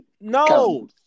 No